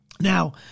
Now